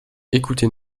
écoutez